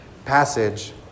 passage